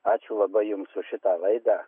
ačiū labai jums už šitą laidą